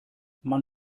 man